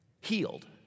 healed